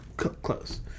Close